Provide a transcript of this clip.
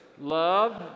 love